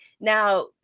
now